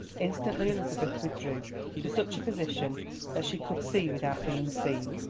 instantly elizabeth withdrew to such a position that she could see without being seen,